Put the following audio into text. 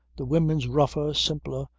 the women's rougher, simpler,